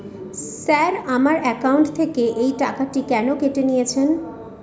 Sir আমার account থেকে এই টাকাটি কেন কেটে নিয়েছেন?